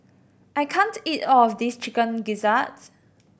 I can't eat all of this Chicken Gizzard